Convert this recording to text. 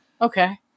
Okay